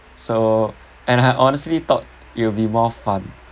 so and I honestly thought it will be more fun